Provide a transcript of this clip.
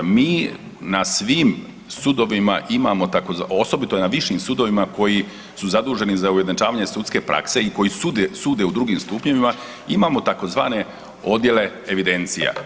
Mi na svim sudovima imamo tzv., osobito na višim sudovima koji su zaduženi za ujednačavanje sudske prakse i koji sude u drugim stupnjevima imamo tzv. odjele evidencija.